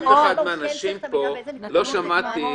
מאף אחד מהאנשים פה לא שמעתי